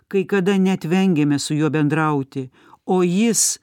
kai kada net vengiame su juo bendrauti o jis